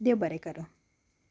देव बरें करूं